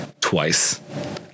twice